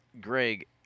Greg